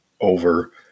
over